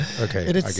Okay